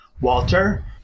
Walter